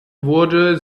wurde